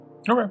Okay